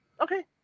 Okay